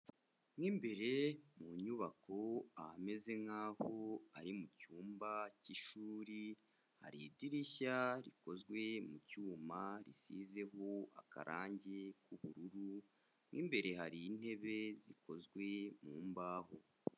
Mo imbere mu nyubako ahameze nk'aho ari mu cyumba cy'ishuri, hari idirishya rikozwe mu cyuma, risizeho akarangi k'ubururu, mo imbere hari intebe zikozwe mu mbaho.